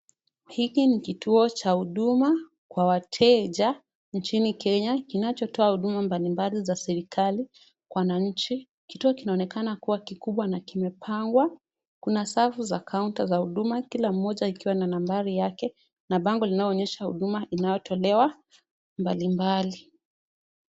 Hiki ni kituo cha Huduma kwa wateja inchini Kenya, kinatoa huduma mbalimbali za serikali kwa wananchi. Kituo kinaonekana kikiwa kikubwa na kimepangwa, kuna safu za counter za huduma, kila moja ikiwa na nambari yake, na bango linaloonyesha huduma zinazotolewa mbalimbali.